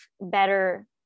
better